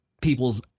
people's